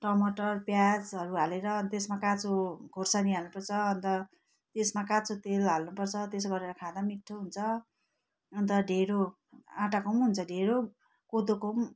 टमाटर प्याजहरू हालेर अनि त्यसमा काँचो खोर्सानी हाल्नुपर्छ अन्त त्यसमा काँचो तेल हाल्नुपर्छ त्यसो गरेर खाँदा पनि मिट्ठो हुन्छ अन्त ढेँडो आँटाको पनि हुन्छ ढेँडो कोदोको पनि